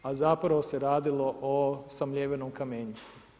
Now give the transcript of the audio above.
A zapravo se radilo o samljevenom kamenju.